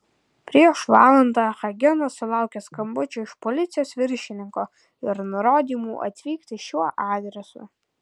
prieš valandą hagenas sulaukė skambučio iš policijos viršininko ir nurodymo atvykti šiuo adresu